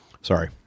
Sorry